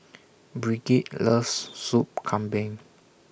Brigid loves Soup Kambing